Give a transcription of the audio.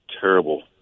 terrible